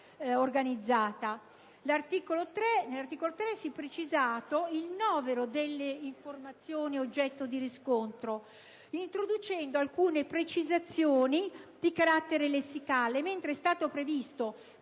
Nell'articolo 3 si è precisato il novero delle informazioni oggetto di riscontro, introducendo alcune precisazioni di carattere lessicale, mentre è stato previsto,